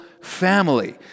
family